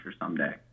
someday